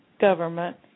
government